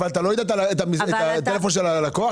אבל אתה לא יודע את מספר הטלפון שלה לקוח?